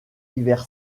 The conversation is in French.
hiver